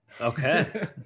Okay